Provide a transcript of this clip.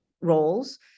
roles